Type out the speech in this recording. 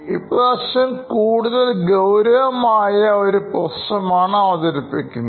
ഇപ്രാവശ്യം കൂടുതൽ ഗൌരവമായ ഒരു പ്രശ്നമാണ് അവതരിപ്പിക്കുന്നത്